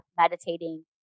meditating